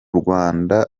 rwanda